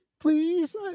Please